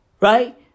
Right